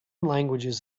languages